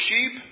sheep